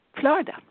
Florida